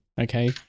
okay